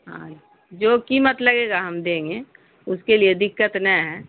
ہاں جو کیمت لگے گا ہم دیں گے اس کے لیے دقت نے ہے